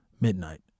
midnight